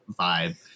vibe